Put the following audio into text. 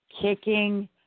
kicking